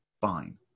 Fine